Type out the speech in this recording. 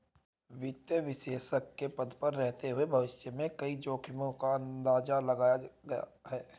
वित्तीय विश्लेषक के पद पर रहते हुए भविष्य में कई जोखिमो का अंदाज़ा लगाया है